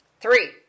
Three